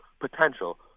potential